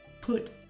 put